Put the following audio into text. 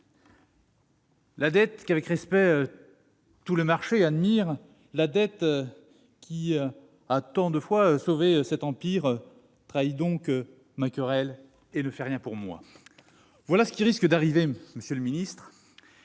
La dette, qu'avec respect tout le marché admire, « La dette, qui a tant de fois sauvé cet empire, « Trahit donc ma querelle, et ne fait rien pour moi ?» Voilà ce qui risque d'arriver si nous